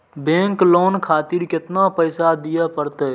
Bank loan खातीर केतना पैसा दीये परतें?